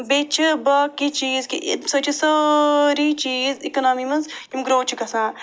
بیٚیہِ چھِ باقی چیٖز کہِ ییٚمہِ سۭتۍ چھِ سٲری چیٖز اکنامی منٛز یِم گرٛو چھِ گَژھان